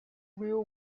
real